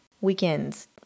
weekends